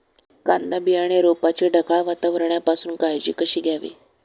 कांदा बियाणे रोपाची ढगाळ वातावरणापासून काळजी कशी घ्यावी?